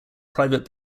private